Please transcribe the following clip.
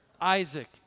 Isaac